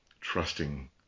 trusting